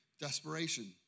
desperation